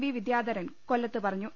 V Vidyadharan കൊല്ലത്ത് പറഞ്ഞു